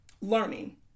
Learning